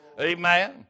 Amen